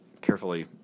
carefully